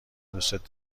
دوستت